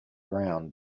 ground